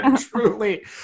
truly